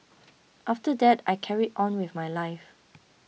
after that I carried on with my life